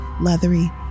leathery